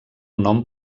nom